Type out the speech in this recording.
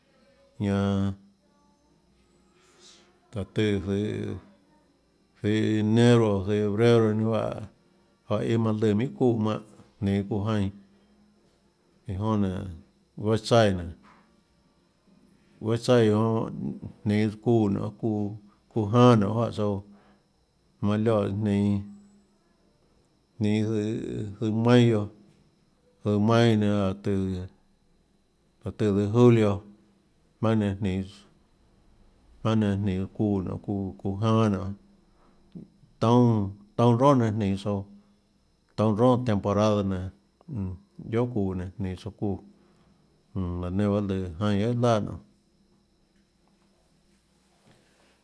Ñanã láhå tùã zøhå zøhå enero zøhå febrero ninâ juáhã juáhã iâ manã lùã minhà çuúã mánhã jninå çuuã jainã iã jonã nénå guéâ tsaíã nénå guéâ tsaíã nénå jonã jninås çuuã nionê çuuã çuuã janâ nionê juáhã tsouã manã lioè jninå jninå zøhå mayo zøhå mayo láhå tùhå láhå tùhå zøhå julio jmaønâ nenã jninås jmaønâ nenã jninå çuuã nionê çuuã çuuã janâ nion toúnâ toúnâ roà nenã jninå tsouã toúnâ roàtemporada nenã jmm guiohà çuuã nenã jninå tsouã çuuã jmm laã nenã bahâ lùã jainã guiohà iâ laà nionê.